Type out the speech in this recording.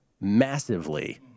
massively